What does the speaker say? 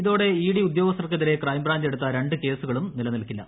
ഇതോട്ടെക്ക് ്ഷി ഉദ്യോഗസ്ഥർക്കെതിരെ ക്രൈംബ്രാഞ്ച് എടുത്ത രണ്ട് ക്കീസുകളും നിലനിൽക്കില്ല